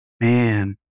Man